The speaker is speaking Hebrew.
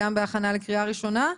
גם בהכנה לקריאה ראשונה,